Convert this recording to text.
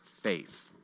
faith